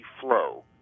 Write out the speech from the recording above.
flow